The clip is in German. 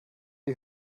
die